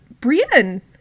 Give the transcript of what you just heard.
brienne